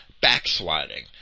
backsliding